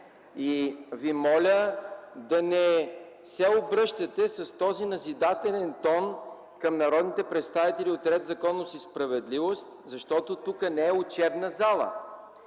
И Ви моля да не се обръщате с този назидателен тон към народните представители от „Ред, законност и справедливост”, защото тук не е учебна зала.